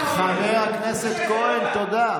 חבר הכנסת כהן, תודה.